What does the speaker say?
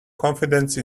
confidence